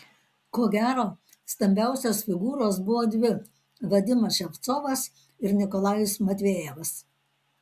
ko gero stambiausios figūros buvo dvi vadimas ševcovas ir nikolajus matvejevas